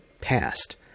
passed